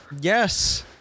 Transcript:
Yes